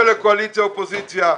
לקואליציה ואופוזיציה.